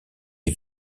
les